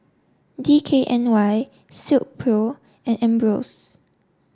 D K N Y Silkpro and Ambros